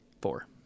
four